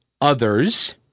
others